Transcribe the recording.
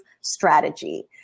strategy